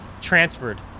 transferred